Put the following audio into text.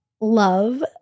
love